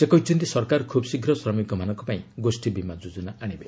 ସେ କହିଛନ୍ତି ସରକାର ଖୁବ୍ ଶୀଘ୍ର ଶ୍ରମିକମାନଙ୍କ ପାଇଁ ଗୋଷ୍ଠୀ ବିମା ଯୋଜନା ଆଣିବେ